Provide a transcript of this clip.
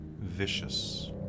vicious